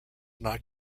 not